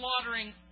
slaughtering